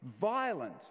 violent